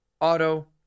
Auto